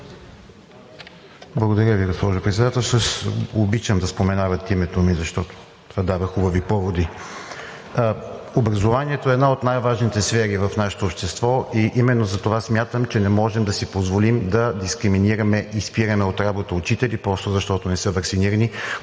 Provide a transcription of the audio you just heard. Благодаря Ви, госпожо Председателстващ! Обичам да споменават името ми, защото това дава хубави поводи. Образованието е една от най-важните сфери в нашето общество и именно затова смятам, че не можем да си позволим да дискриминираме и спираме от работа учители просто защото не са ваксинирани,